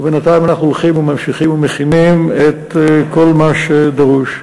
ובינתיים אנחנו הולכים וממשיכים ומכינים את כל מה שדרוש.